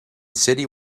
city